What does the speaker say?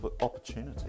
opportunity